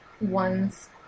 ones